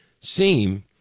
seem